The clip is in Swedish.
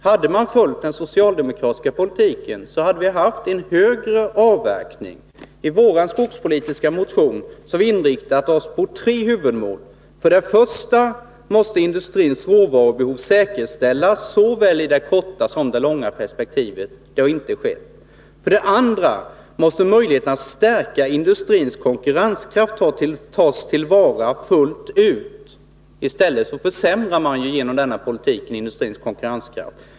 Hade den socialdemokratiska politiken följts, så hade avverkningen varit högre. I vår skogspolitiska motion har vi inriktat oss på tre huvudmål. För det första måste industrins råvarubehov säkerställas såväl i det korta som det långa perspektivet. Det har inte skett. För det andra måste möjligheterna att stärka industrins konkurrenskraft tas till vara fullt ut. Med den nuvarande politiken försämrar man i stället industrins konkurrenskraft.